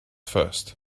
first